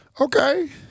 Okay